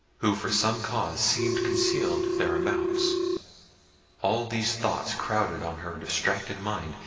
who for some cause seemed concealed thereabouts all these thoughts crowded on her distracted mind,